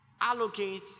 allocate